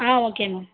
ah okay ma'am